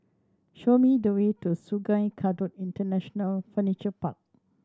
show me the way to Sungei Kadut International Furniture Park